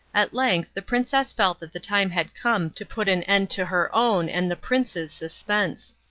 at length the princess felt that the time had come to put an end to her own and the prince's suspense,